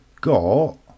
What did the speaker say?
got